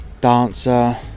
dancer